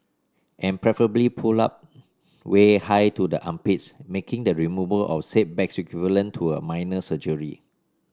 and preferably pulled up way high to the armpits making the removal of said bag equivalent to a minor surgery